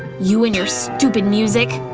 you and your stupid music.